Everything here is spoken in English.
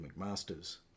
McMaster's